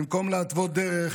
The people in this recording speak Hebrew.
במקום להתוות דרך,